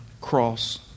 cross